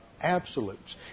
absolutes